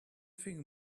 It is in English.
thing